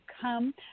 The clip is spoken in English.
come